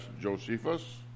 Josephus